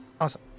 Awesome